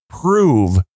prove